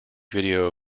video